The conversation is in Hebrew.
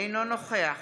אינו נוכח